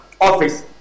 office